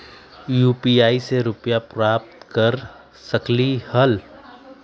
UPI से रुपए प्राप्त कर सकलीहल?